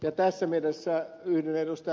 tässä mielessä yhdyn ed